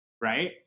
right